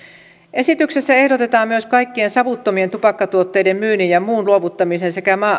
esityksessä ehdotetaan myös kaikkien savuttomien tupakkatuotteiden myynnin ja muun luovuttamisen sekä